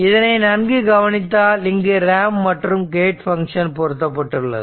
இதனை நன்கு கவனித்தால் இங்கு ரேம்ப் மற்றும் கேட் பங்க்ஷன் பெருக்கப்பட்டுள்ளது